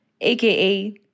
aka